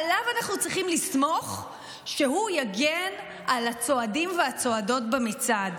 עליו אנחנו צריכים לסמוך שהוא יגן על הצועדים והצועדות במצעד.